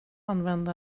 använda